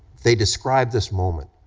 they describe this moment,